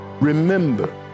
remember